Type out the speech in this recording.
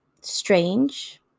strange